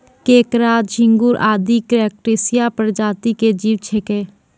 केंकड़ा, झिंगूर आदि क्रस्टेशिया प्रजाति के जीव छेकै